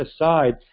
aside